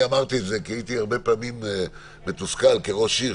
הייתי הרבה פעמים מתוסכל כראש עיר,